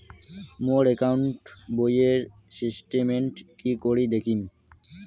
মোর account বইয়ের statement কি করি দেখিম?